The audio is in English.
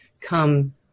come